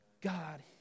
God